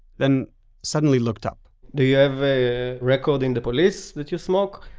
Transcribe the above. then suddenly looked up do you have a record in the police that you smoke?